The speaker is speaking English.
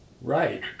Right